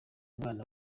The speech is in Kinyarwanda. umwana